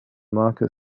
market